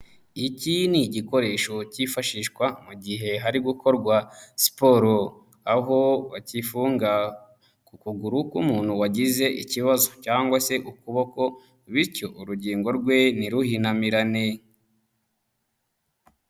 Iki ni igikoresho kifashishwa mu gihe hari gukorwa siporo, aho bagifunga ku kuguru k'umuntu wagize ikibazo cyangwa se ukuboko bityo urugingo rwe ntiruhinamirane.